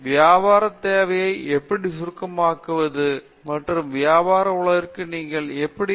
வியாபார தேவையை எப்படி சுருக்கமாக்குவது மற்றும் வியாபார உலகிற்கு நீங்கள் எப்படி எடுத்து செல்வது என்பதாகும்